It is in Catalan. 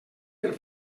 per